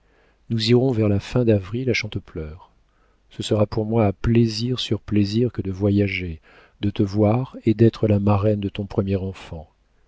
nous irons vers la fin d'avril à chantepleurs ce sera pour moi plaisir sur plaisir que de voyager de te voir et d'être la marraine de ton premier enfant